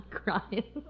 crying